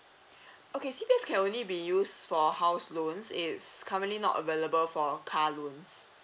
okay C_P_F can only be used for house loans it's currently not available for car loans